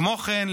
כמו כן,